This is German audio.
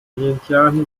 vientiane